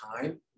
time